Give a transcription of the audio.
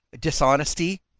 dishonesty